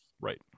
Right